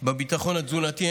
בביטחון התזונתי,